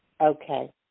Okay